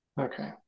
Okay